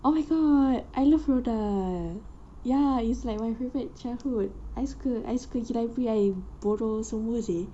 oh my god I love roald dahl ya it's like my favourite childhood I suka I suka pergi library I borrow semua seh